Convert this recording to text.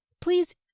please